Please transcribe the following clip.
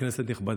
כנסת נכבדה,